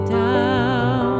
down